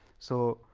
so,